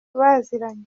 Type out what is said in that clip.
baziranye